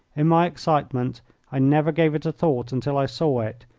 in my excitement i never gave it a thought until i saw it,